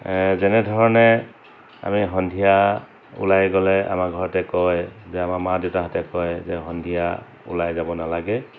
যেনেধৰণে আমি সন্ধিয়া ওলাই গ'লে আমাৰ ঘৰতে কয় যে আমাৰ মা দেউতাহঁতে কয় যে সন্ধিয়া ওলাই যাব নালাগে